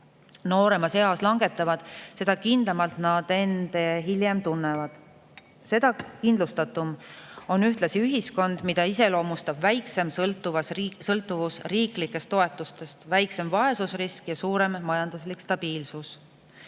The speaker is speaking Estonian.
nooremas eas langetavad, seda kindlamalt nad end hiljem tunnevad. Seda kindlustatum on ühtlasi ühiskond, mida iseloomustab väiksem sõltuvus riiklikest toetustest, väiksem vaesusrisk ja suurem majanduslik stabiilsus.